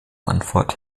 antwort